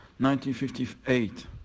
1958